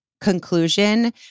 conclusion